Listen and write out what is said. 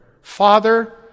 Father